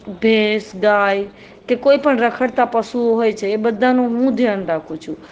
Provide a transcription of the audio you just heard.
ભેંસ ગાય કે કોઈપણ રખડતા પશુઓ હોય છે એ બધાનું હું ધ્યાન રાખું છું